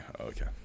okay